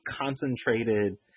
concentrated